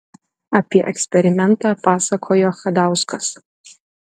apie eksperimentą pasakojo chadauskas